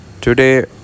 today